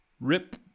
Rip